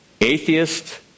Atheist